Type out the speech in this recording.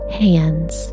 hands